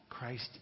Christ